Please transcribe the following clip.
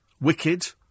Wicked